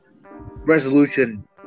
resolution